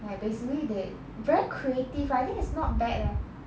like basically they very creative I think it's not bad leh